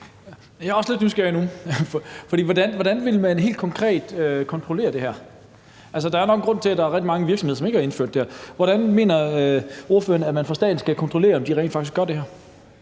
Jeg er også lidt nysgerrig nu, for hvordan vil man helt konkret kontrollere det her? Altså, der er nok en grund til, at der er rigtig mange virksomheder, som ikke har indført det her. Hvordan mener ordføreren at man fra statens side skal kunne kontrollere, om de rent faktisk gør det her?